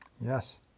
Yes